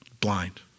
blind